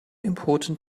important